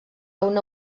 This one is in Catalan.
una